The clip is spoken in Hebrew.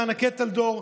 מענקי טלדור.